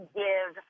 give